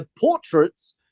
portraits